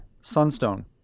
Sunstone